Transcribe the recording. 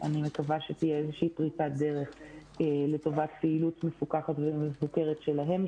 אני מקווה שתהיה איזושהי פריצת דרך לטובת פעילות מפוקחת ומבוקרת שלהם,